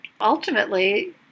ultimately